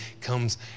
comes